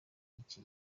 iki